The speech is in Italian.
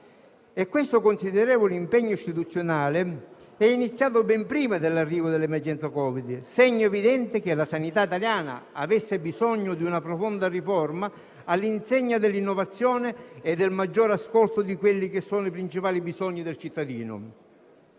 Questo considerevole impegno istituzionale è iniziato ben prima dell'arrivo dell'emergenza Covid, segno evidente di quanto la sanità italiana avesse bisogno di una profonda riforma, all'insegna dell'innovazione e del maggiore ascolto dei principali bisogni del cittadino.